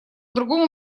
другому